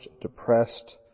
depressed